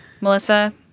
Melissa